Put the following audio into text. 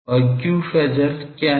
और q phasor क्या है